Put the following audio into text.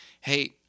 hey